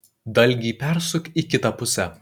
dalgį persuk į kitą pusę